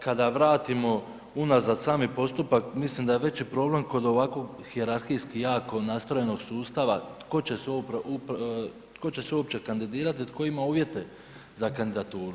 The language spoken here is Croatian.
Kada vratimo unazad sami postupak, mislim da je veći problem kod ovakvog hijerarhijski jako nastrojenog sustava, tko će se uopće kandidirati, tko ima uvjete za kandidaturu.